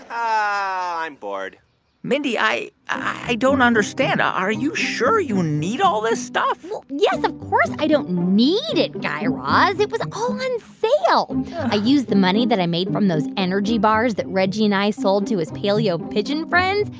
i'm bored mindy, i i don't understand. are you sure you need all this stuff? well, yes, of course, i don't need it, guy raz it was all on sale ugh i used the money that i made from those energy bars that reggie and i sold to his paleo pigeon friends,